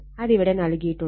അതിവിടെ നൽകിയിട്ടുണ്ട്